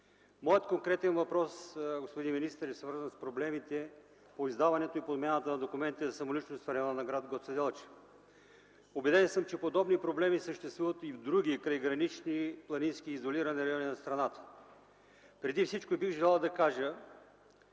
Моят конкретен въпрос, господин министър, е свързан с проблемите по издаването и подмяната на документите за самоличност в района на гр. Гоце Делчев. Убеден съм, че подобни проблеми съществуват и в други крайгранични, планински, изолирани райони на страната. Преди всичко бих желал да кажа,